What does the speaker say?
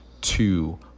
two